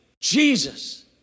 Jesus